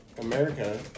America